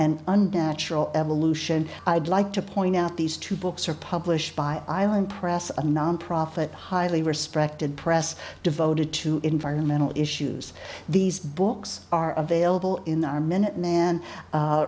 evolution i'd like to point out these two books are published by island press a nonprofit highly respected press devoted to environmental issues these books are available in the minuteman